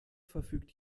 verfügt